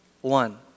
One